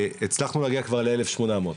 הצלחנו להגיע כבר לאלף שמונה מאות.